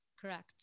Correct